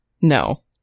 No